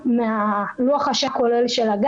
התקלה.